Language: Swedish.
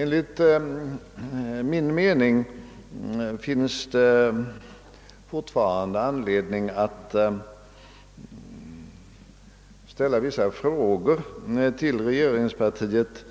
Enligt min mening finns det fortfarande anledning att ställa vissa frågor till regeringspartiet